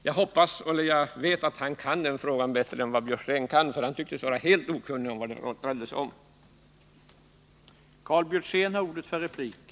Jag vet att han kan den frågan bättre än Karl Björzén, som tycktes vara helt okunnig om vad det rör sig om.